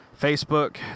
Facebook